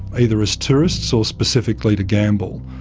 either as tourists or specifically to gamble.